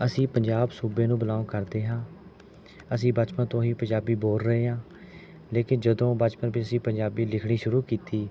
ਅਸੀਂ ਪੰਜਾਬ ਸੂਬੇ ਨੂੰ ਬਿਲੌਂਗ ਕਰਦੇ ਹਾਂ ਅਸੀਂ ਬਚਪਨ ਤੋਂ ਹੀ ਪੰਜਾਬੀ ਬੋਲ ਰਹੇ ਹਾਂ ਲੇਕਿਨ ਜਦੋਂ ਬਚਪਨ ਵਿੱਚ ਅਸੀਂ ਪੰਜਾਬੀ ਲਿਖਣੀ ਸ਼ੁਰੂ ਕੀਤੀ